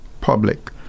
public